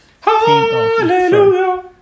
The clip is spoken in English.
Hallelujah